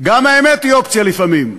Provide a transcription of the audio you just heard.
גם האמת היא אופציה לפעמים.